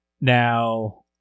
Now